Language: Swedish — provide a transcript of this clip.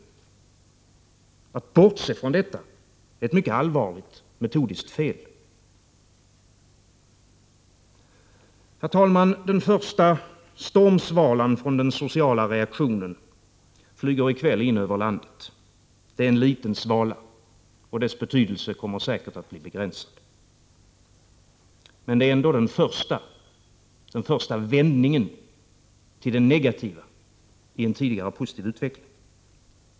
Att bortse från detta är ett mycket allvarligt metodiskt fel. Herr talman! Den första stormsvalan från den sociala reaktionen flyger i kväll in över landet. Det är en liten svala och dess betydelse kommer säkert att bli begränsad. Men det är ändå den första vändningen till det negativa i en tidigare positiv utveckling.